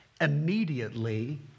immediately